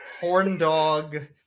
Horndog